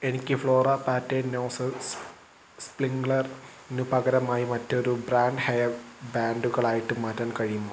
എനിക്ക് flora pattern nozzle സ്പ്രിംഗളറിനു പകരമായി മറ്റൊരു ബ്രാൻഡ് ഹെയർ ബാൻഡുകളായിട്ട് മാറ്റാൻ കഴിയുമോ